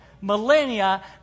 millennia